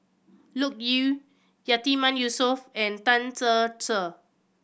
Loke Yew Yatiman Yusof and Tan Ser Cher